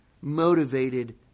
motivated